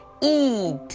eat